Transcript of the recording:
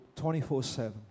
24-7